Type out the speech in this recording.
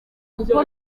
gukora